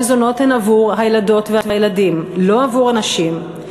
המזונות הם עבור הילדות והילדים, ולא עבור הנשים.